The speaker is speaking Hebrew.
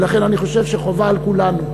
ולכן אני חושב שחובה על כולנו,